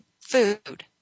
food